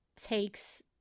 takes